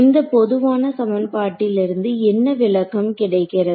இந்த பொதுவான சமன்பாட்டில் இருந்து என்ன விளக்கம் கிடைக்கிறது